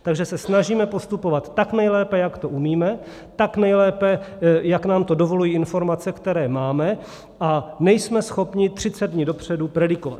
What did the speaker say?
Takže se snažíme postupovat tak nejlépe, jak to umíme, tak nejlépe, jak nám to dovolují informace, které máme, a nejsme schopni 30 dní dopředu predikovat.